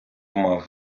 мав